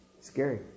Scary